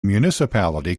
municipality